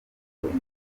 ingufu